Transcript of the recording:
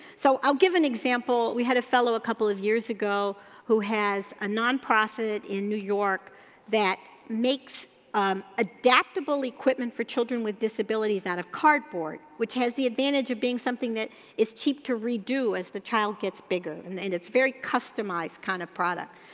so, i'll give an example, we had a fellow a couple of years ago who has a nonprofit in new york that makes adaptable equipment for children with disabilities out of cardboard which has the advantage of being something that is cheap to redo as the child gets bigger and and it's very customized kind of product.